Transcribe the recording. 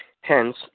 Hence